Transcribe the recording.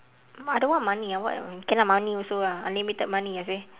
I don't want money ah what else okay lah money also lah unlimited money ah seh